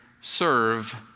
serve